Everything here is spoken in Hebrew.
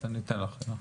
זה מעניין,